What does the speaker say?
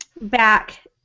back